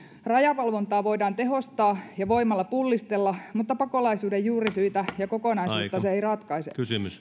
rajavalvontaa voidaan tehostaa ja voimalla pullistella mutta pakolaisuuden juurisyitä ja kokonaisuutta se ei ratkaise